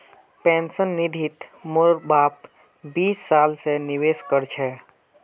pension निधित मोर बाप बीस साल स निवेश कर छ